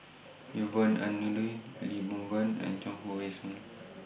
Yvonne Ng Uhde Lee Boon Ngan and Chuang Hui Tsuan